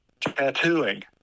Tattooing